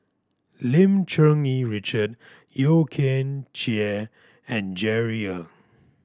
Lim Cherng Yih Richard Yeo Kian Chye and Jerry Ng